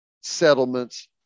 settlements